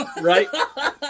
Right